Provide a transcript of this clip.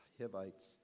Hivites